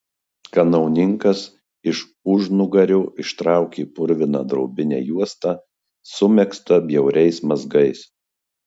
kanauninkas iš užnugario ištraukė purviną drobinę juostą sumegztą bjauriais mazgais